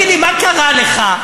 נגד מאיר כהן,